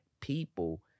people